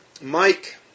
Mike